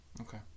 Okay